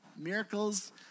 Miracles